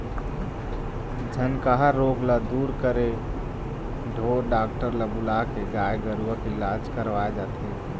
झनकहा रोग ल दूर करे ढोर डॉक्टर ल बुलाके गाय गरुवा के इलाज करवाय जाथे